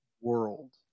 world